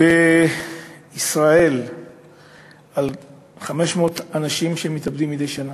בישראל על 500 אנשים שמתאבדים מדי שנה.